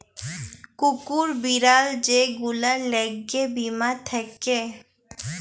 কুকুর, বিড়াল যে গুলার ল্যাগে বীমা থ্যাকে